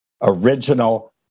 Original